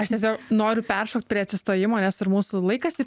aš tiesiog noriu peršokt prie atsistojimo nes ir mūsų laikas